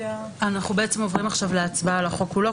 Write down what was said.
אנחנו עוברים עכשיו להצבעה על החוק כולו.